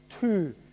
two